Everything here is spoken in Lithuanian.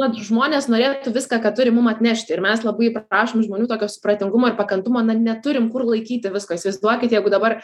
kad žmonės norėtų viską ką turi mum atnešti ir mes labai prašom žmonių tokio supratingumo ir pakantumo neturim kur laikyti visko įsivaizduokit jeigu dabar